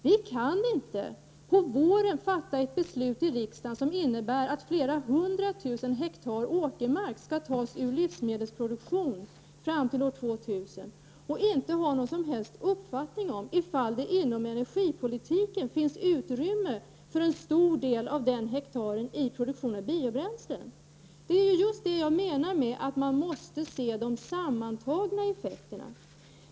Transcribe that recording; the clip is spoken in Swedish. Vi kan inte på våren fatta ett beslut i riksdagen som innebär att flera hundratusen hektar åkermark skall tas ur livsmedelsproduktion fram till år 2000 — och inte ha någon som helst uppfattning om huruvida det inom energipolitiken finns utrymme för en stor del av den arealen i produktion av biobränslen. Det är just det jag menar med att man måste se de sammantagna effekterna.